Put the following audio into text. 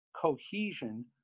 cohesion